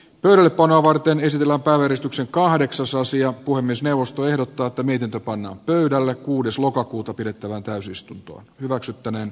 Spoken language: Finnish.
perpona varten esitellä ahdistuksen kahdeksasosia puhemiesneuvosto ehdottaa että niiden tapaan pöydälle kuudes lokakuuta pidettävään täysistunto hyväksyttäneen